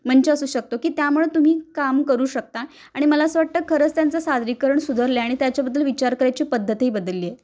मंच असू शकतो की त्यामुळं तुम्ही काम करू शकता आणि मला असं वाटतं खरंच त्यांचं सादरीकरण सुधारलं आहे आणि त्याच्याबद्दल विचार करायची पद्धतही बदलली आहे